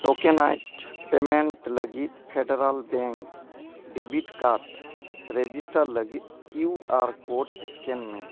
tokenised payment ᱞᱟᱹᱜᱤᱫ Federal Bank debit card register ᱞᱟᱹᱜᱤᱫ Q R code scan ᱢᱮ